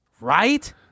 Right